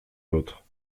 l’autre